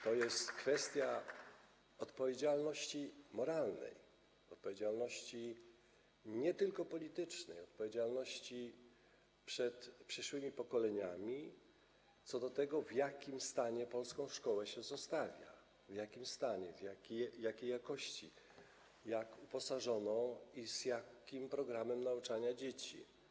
To jest kwestia odpowiedzialności moralnej, odpowiedzialności nie tylko politycznej, odpowiedzialności przed przyszłymi pokoleniami co do tego, w jakim stanie polską szkołę się zostawia, w jakim stanie, jakiej jakości, jak uposażoną i z jakim programem nauczania dzieci.